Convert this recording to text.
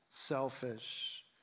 selfish